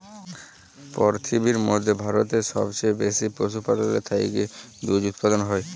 পিরথিবীর ম্যধে ভারতেল্লে সবচাঁয়ে বেশি পশুপাললের থ্যাকে দুহুদ উৎপাদল হ্যয়